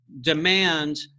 demand